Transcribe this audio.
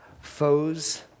Foes